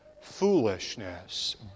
foolishness